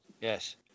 Yes